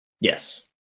Yes